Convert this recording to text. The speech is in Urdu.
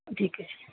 ٹھیک ہے